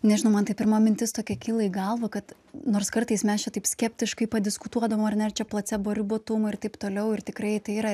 nežinau man tai pirma mintis tokia kilo į galvą kad nors kartais mes čia taip skeptiškai padiskutuodavom ar ne ar čia placebo ribotumą ir taip toliau ir tikrai tai yra